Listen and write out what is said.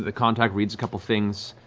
the contract, reads a couple things.